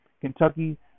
Kentucky